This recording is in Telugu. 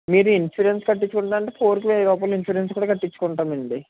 మీరు ఇన్సూరెన్స్ కట్టించుకుంటానంటే ఫోన్కి వెయ్యి రూపాయలు ఇన్సూరెన్స్ కూడా కట్టించుకుంటామండి